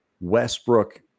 Westbrook